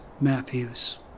Matthews